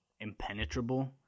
impenetrable